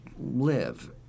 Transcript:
live